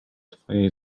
twojej